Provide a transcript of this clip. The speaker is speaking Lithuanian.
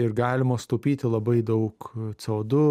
ir galima sutaupyti labai daug co du